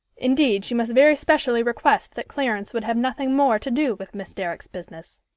indeed, she must very specially request that clarence would have nothing more to do with miss derrick's business.